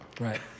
Right